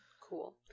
Cool